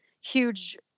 huge